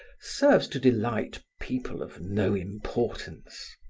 serves to delight people of no importance.